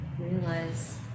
realize